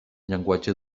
llenguatge